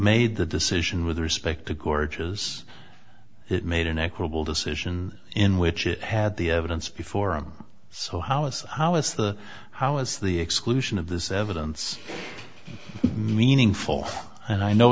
made the decision with respect to gorgias it made an equitable decision in which it had the evidence before him so how is how is the how is the exclusion of this evidence meaningful and i no